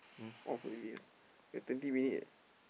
off already ah you have twenty minute